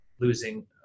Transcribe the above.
losing